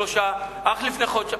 שלושה חודשים,